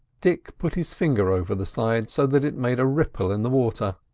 dick put his finger over the side, so that it made a ripple in the water